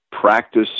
practice